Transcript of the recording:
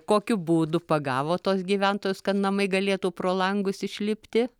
kokiu būdu pagavo tuos gyventojus kad namai galėtų pro langus išlipti